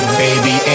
baby